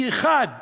כשאחד